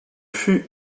fut